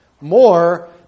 more